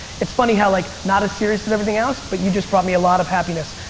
it's funny how like not as serious as everything else but you just brought me a lot of happiness.